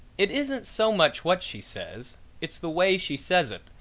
it isn't so much what she says it's the way she says it,